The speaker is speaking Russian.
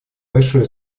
большое